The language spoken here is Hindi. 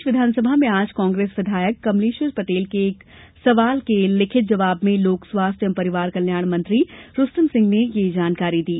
प्रदेश विधानसभा में आज कांग्रेस विधायक कमलेश्वर पटेल के एक सवाल के लिखित जवाब में लोक स्वास्थ्य एवं परिवार कल्याण मंत्री रुस्तम सिंह ने यह जानकारी दी